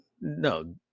no